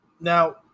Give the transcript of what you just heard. Now